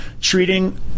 treating